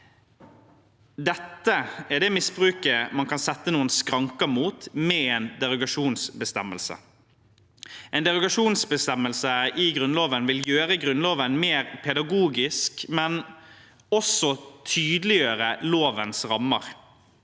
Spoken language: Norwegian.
Dette er det misbruket man kan sette noen skranker for med en derogasjonsbestemmelse. En derogasjonsbestemmelse i Grunnloven vil gjøre Grunnloven mer pedagogisk, men også tydeliggjøre lovens rammer.